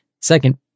Second